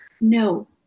No